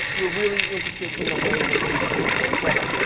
we are really interested in the way in which these things go together.